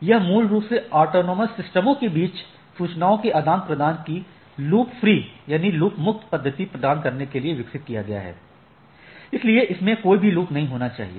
यह मूल रूप से ऑटॉनमस सिस्टमों के बीच सूचनाओं के आदान प्रदान की लूप मुक्त पद्धति प्रदान करने के लिए विकसित किया गया है इसलिए इसमें कोई भी लूप नहीं होना चाहिए